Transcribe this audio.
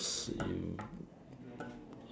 you